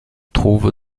trouve